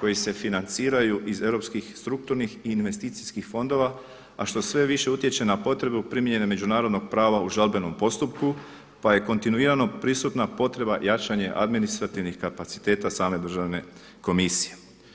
koji se financiraju iz europskih strukturni i investicijskih fondova a što više utječe na potrebu primjene međunarodnog prava u žalbenom postupku pa je kontinuirano prisutna potreba i jačanje administrativnih kapaciteta same Državne komisije.